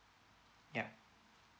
yup